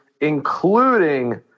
including